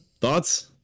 Thoughts